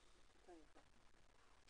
אז אני רפרנטית מניעת